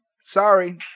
Sorry